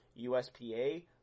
USPA